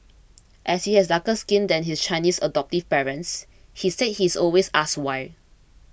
as he has darker skin than his Chinese adoptive parents he said he is always asked why